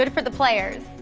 and for the players.